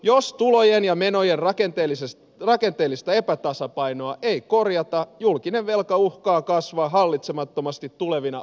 jos tulojen ja menojen rakenteellista epätasapainoa ei korjata julkinen velka uhkaa kasvaa hallitsemattomasti tulevina vuosikymmeninä